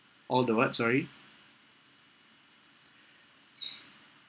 all the what sorry